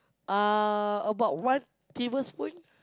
uh about one table spoon